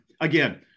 again